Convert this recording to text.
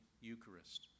Eucharist